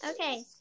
Okay